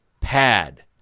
Pad